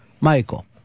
Michael